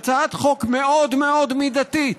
היא הצעת חוק מאוד מאוד מידתית.